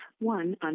one